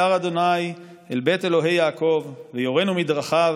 הר ה' אל בית אלהי יעקב ויֹרנו מדרכיו